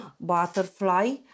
butterfly